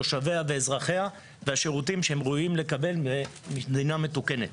תושביה ואזרחיה והשירותים שהם ראויים לקבל ממדינה מתוקנת.